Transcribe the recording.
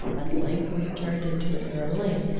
at length we turned into a narrow lane,